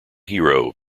hero